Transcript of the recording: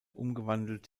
umgewandelt